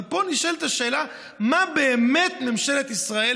אבל פה נשאלת השאלה מה באמת ממשלת ישראל,